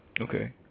Okay